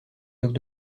docks